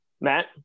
Matt